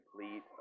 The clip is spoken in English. complete